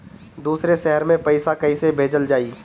दूसरे शहर में पइसा कईसे भेजल जयी?